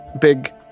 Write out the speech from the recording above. Big